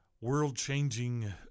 world-changing